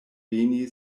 veni